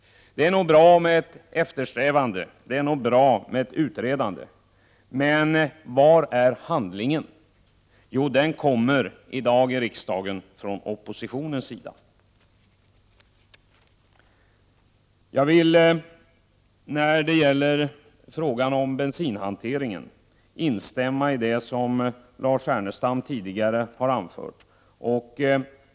Det är nog bra med ett eftersträvande och utredande. Men var är handlandet? Jo, det kommer i dagi riksdagen från oppositionens sida. Jag vill när det gäller frågan om bensinhanteringen instämma i det som Lars Ernestam tidigare har anfört.